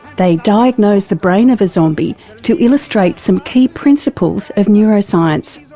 they diagnose the brain of a zombie to illustrate some key principles of neuroscience.